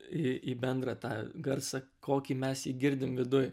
į į bendrą tą garsą kokį mes jį girdim viduj